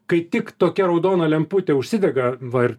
kai tik tokia raudona lemputė užsidega va ir